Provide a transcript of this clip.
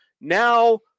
Now